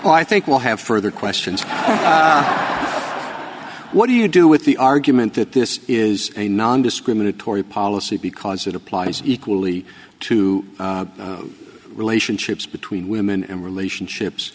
well i think we'll have further questions what do you do with the argument that this is a non discriminatory policy because it applies equally to relationships between women and relationships